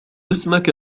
اسمك